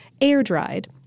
air-dried